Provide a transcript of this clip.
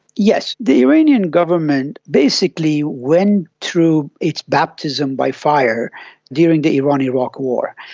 yes, the iranian government basically went through its baptism by fire during the iran-iraqi war,